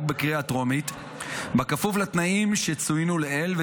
בקריאה הטרומית בכפוף לתנאים שצוינו לעיל,